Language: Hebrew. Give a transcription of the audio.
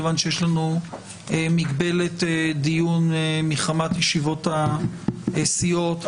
מכיוון שיש לנו מגבלת דיון מחמת ישיבות הסיעות,